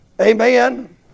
Amen